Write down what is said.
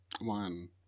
One